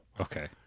Okay